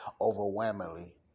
overwhelmingly